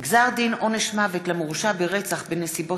גזר דין עונש מוות למורשע ברצח בנסיבות